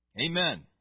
Amen